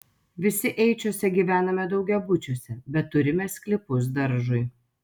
visi eičiuose gyvename daugiabučiuose bet turime sklypus daržui